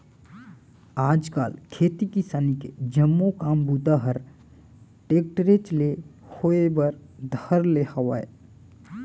आज काल खेती किसानी के जम्मो काम बूता हर टेक्टरेच ले होए बर धर ले हावय